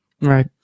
Right